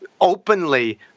openly